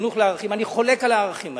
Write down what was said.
חינוך לערכים, אני חולק על הערכים האלה,